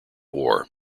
war